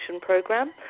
program